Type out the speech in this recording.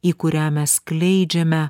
į kurią mes skleidžiame